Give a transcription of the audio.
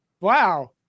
Wow